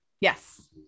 Yes